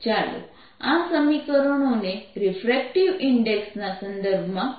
ચાલો આ સમીકરણોને રીફ્રેક્ટિવ ઇન્ડેક્સ ના સંદર્ભમાં ફેરવીએ